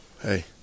hey